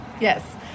Yes